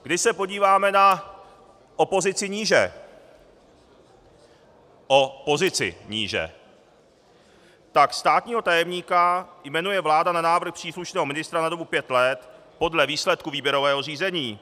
Když se podíváme o pozici níže, tak státního tajemníka jmenuje vláda na návrh příslušného ministra na dobu pět let podle výsledků výběrového řízení.